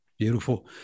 Beautiful